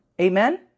Amen